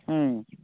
ம்